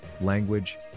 language